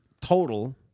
total